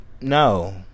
no